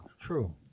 True